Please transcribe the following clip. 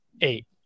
eight